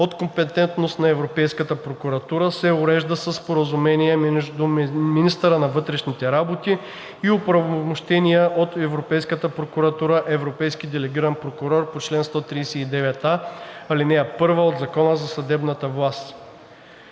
от компетентност на Европейската прокуратура се урежда със споразумение между министъра на вътрешните работи и оправомощения от Европейската прокуратура европейски делегиран прокурор по чл. 139а, ал. 1 от Закона за съдебната власт.“